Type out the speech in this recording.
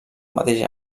mateix